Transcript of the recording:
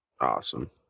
Awesome